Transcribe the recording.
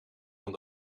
van